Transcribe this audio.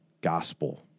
gospel